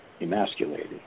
emasculated